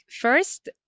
first